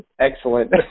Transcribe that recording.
Excellent